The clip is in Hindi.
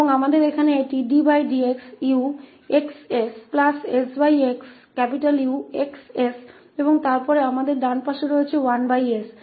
और हमारे पास यह यहाँ है ddxUxssx𝑈𝑥 𝑠 और फिर हमारे पास दाहिनी ओर 1s है